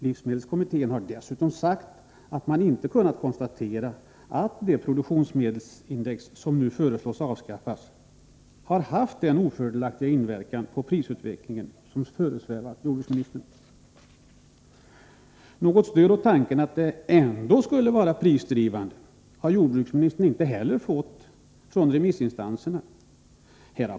Livsmedelskommittén har dessutom sagt att man inte har kunnat konstatera att det produktionsmedelsindex som nu föreslås bli avskaffat har haft den ofördelaktiga inverkan på prisutvecklingen som föresvävat jordbruksministern. Något stöd för tanken att detta index skulle vara prisdrivande har jordbruksministern inte heller fått från remissinstanserna.